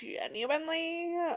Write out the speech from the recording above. genuinely